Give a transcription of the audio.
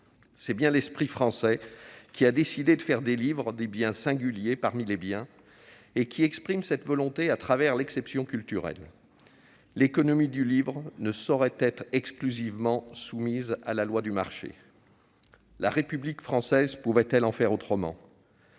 C'est bien l'esprit français qui a décidé de faire des livres des biens singuliers parmi les biens, et qui exprime cette volonté à travers l'exception culturelle. L'économie du livre ne saurait être exclusivement soumise à la loi du marché. La République française pouvait-elle en faire autrement ?